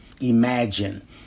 imagine